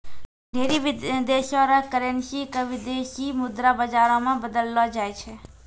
ढेरी देशो र करेन्सी क विदेशी मुद्रा बाजारो मे बदललो जाय छै